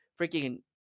Freaking